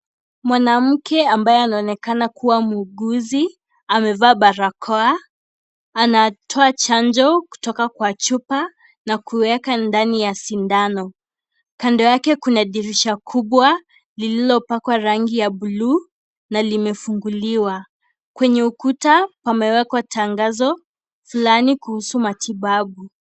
Mwanamke ambaye anaonekana kuwa muuguzi, amevaa barakoa, anatoa chanjo kutoka kwa chupa, na kueka ndani ya sindano, kando yake kuna dirisha kubwa lililopakwa rangi ya blue na limefunguliwa, kwenye ukuta pamewekwa tangazo fulani kuhusu matibabu.